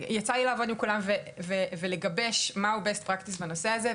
יצא לי לעבוד עם כולם ולגבש מה היא הפרקטיקה הכי טובה בנושא הזה,